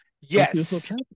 Yes